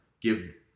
give